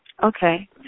Okay